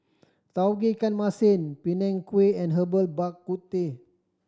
Tauge Ikan Masin Png Kueh and Herbal Bak Ku Teh